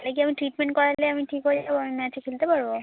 তালে কি আমি ট্রিটমেন্ট করালে আমি ঠিক হয়ে যাবো আমি ম্যাচে খেলতে পারবো